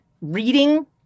reading